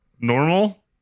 Normal